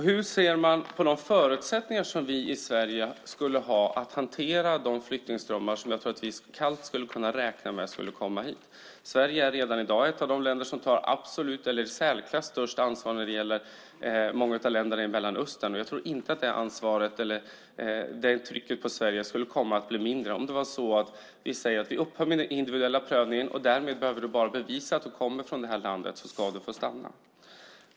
Hur ser man på de förutsättningar som vi i Sverige skulle ha att hantera de flyktingströmmar som jag tror att vi kallt skulle kunna räkna med kommer hit? Sverige är redan i dag ett av de länder som tar i särklass störst ansvar när det gäller många av länderna i Mellanöstern, och jag tror inte att det trycket på Sverige skulle bli mindre om vi säger att vi upphör med den individuella prövningen och att man därmed bara behöver bevisa att man kommer från detta land för att få stanna.